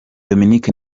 dominic